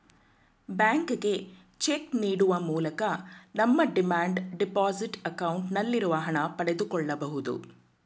ಬ್ಯಾಂಕಿಗೆ ಚೆಕ್ ನೀಡುವ ಮೂಲಕ ನಮ್ಮ ಡಿಮ್ಯಾಂಡ್ ಡೆಪೋಸಿಟ್ ಅಕೌಂಟ್ ನಲ್ಲಿರುವ ಹಣ ಪಡೆದುಕೊಳ್ಳಬಹುದು